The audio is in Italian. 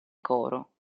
coro